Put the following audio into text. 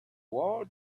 whole